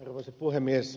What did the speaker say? arvoisa puhemies